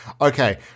Okay